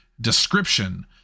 description